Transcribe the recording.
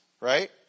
right